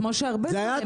כמו הרבה דברים.